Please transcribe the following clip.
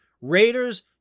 Raiders